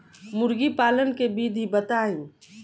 मुर्गीपालन के विधी बताई?